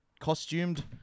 costumed